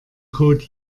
code